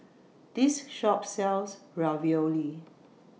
This Shop sells Ravioli